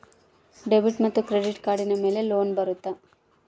Debit ಮತ್ತು credit ಕಾರ್ಡಿನ ಮೇಲೆ ಲೋನ್ ಬರುತ್ತಾ?